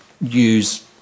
use